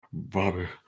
Bobby